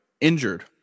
injured